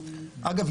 אגב,